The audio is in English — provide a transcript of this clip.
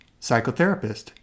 psychotherapist